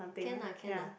can lah can lah